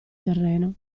terreno